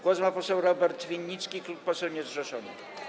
Głos ma poseł Robert Winnicki, poseł niezrzeszony.